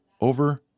over